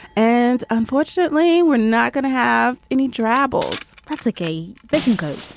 and unfortunately, we're not going to have any travels. that's okay. they can go.